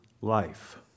life